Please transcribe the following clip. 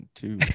two